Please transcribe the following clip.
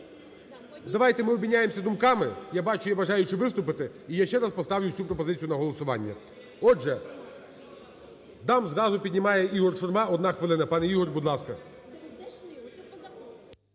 Давайте ми обміняємося думками, я бачу, є бажаючі виступити і я ще раз поставлю цю пропозицію на голосування. Отже, дам зразу, піднімає Ігор Шурма, одна хвилина. Пане Ігор, будь ласка.